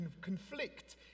conflict